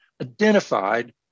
identified